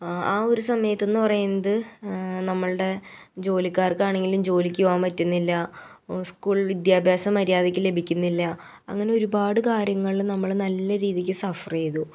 ആ ഒരു സമയത്തെന്ന് പറയുന്നത് നമ്മളുടെ ജോലിക്കാർക്കാണെങ്കിലും ജോലിക്ക് പോകാൻ പറ്റുന്നില്ല സ്കൂൾ വിദ്യാഭ്യാസം മര്യാദക്ക് ലഭിക്കുന്നില്ല അങ്ങനെ ഒരുപാട് കാര്യങ്ങളിൽ നമ്മൾ നല്ല രീതിക്ക് സഫ്റ് ചെയ്തു